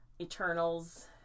Eternals